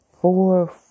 Four